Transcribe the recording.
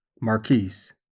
Marquise